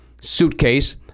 suitcase